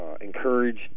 encouraged